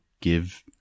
give